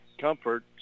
Comfort